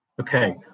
Okay